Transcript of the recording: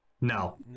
No